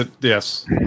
yes